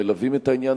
מלווים את העניין,